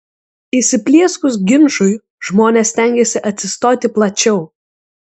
įsiplieskus ginčui žmonės stengiasi atsistoti plačiau